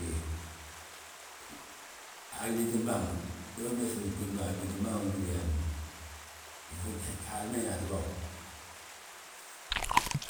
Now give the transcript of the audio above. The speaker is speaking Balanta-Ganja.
noisiea gliitim bàa ma, wi ma binmegesi ghόdim bàa ma, a gliitim bàa ma. mbo fo, Haali ma ñaatibà wi.